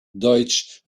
deutsche